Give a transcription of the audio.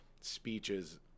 speeches